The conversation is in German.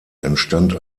entstand